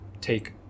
take